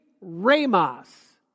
ramos